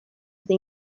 eta